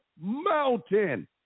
mountain